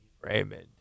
Raymond